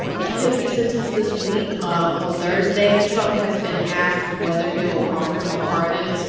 yeah, he'll be sentenced this week ah on thursday. trump has been asked whether he'll offer him a pardon.